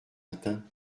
matin